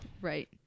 Right